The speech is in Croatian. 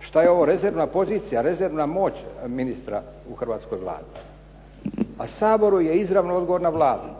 Šta je ovo rezervna pozicija, rezervna moć ministra u hrvatskoj Vladi. A Saboru je izravno odgovorna Vlada.